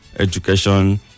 education